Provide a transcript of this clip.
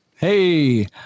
Hey